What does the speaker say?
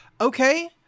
Okay